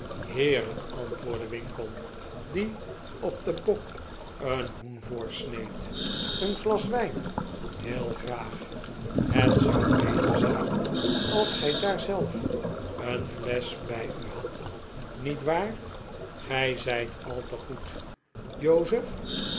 heerlijk antwoordde winkle die op den bok een hoen voorsneed een glas wijn heel graag het zou beter zijn als gij daar zelf een flesch bij u hadt niet waar gij zijt al te goed jozef